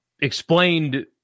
explained